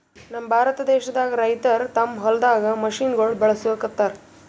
ನಮ್ ಭಾರತ ದೇಶದಾಗ್ ರೈತರ್ ತಮ್ಮ್ ಹೊಲ್ದಾಗ್ ಮಷಿನಗೋಳ್ ಬಳಸುಗತ್ತರ್